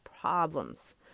problems